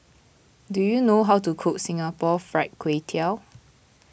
do you know how to cook Singapore Fried Kway Tiao